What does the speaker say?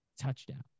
touchdown